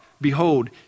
behold